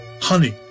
Honey